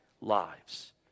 lives